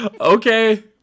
Okay